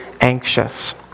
anxious